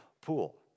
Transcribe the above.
pool